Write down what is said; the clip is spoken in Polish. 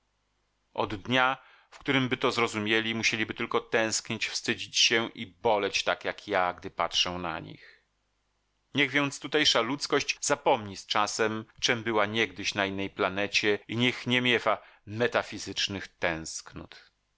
od dnia w którymby to zrozumieli musieliby tylko tęsknić wstydzić się i boleć tak jak ja gdy patrzę na nich niech więc tutejsza ludzkość zapomni z czasem czem była niegdyś na innej planecie i niech nie miewa metafizycznych tęsknót